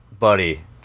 buddy